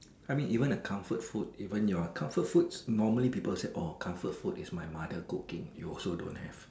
I mean even a comfort food even your comfort food normally people say orh comfort food is my mother cooking you also don't have